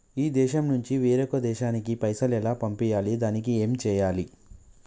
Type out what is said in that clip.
ఈ దేశం నుంచి వేరొక దేశానికి పైసలు ఎలా పంపియ్యాలి? దానికి ఏం చేయాలి?